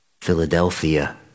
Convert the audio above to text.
Philadelphia